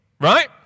right